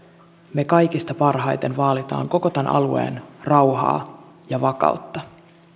me kaikista parhaiten vaalimme koko tämän alueen rauhaa ja vakautta